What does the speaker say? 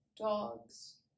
dogs